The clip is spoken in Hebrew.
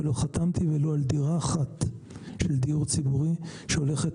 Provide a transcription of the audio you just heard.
ולא חתמתי ולו על דירה אחת של דיור ציבורי שהולכת